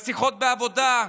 בשיחות בעבודה,